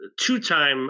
two-time